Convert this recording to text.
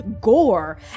gore